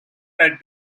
that